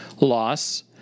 loss